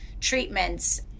treatments